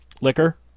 liquor